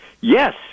Yes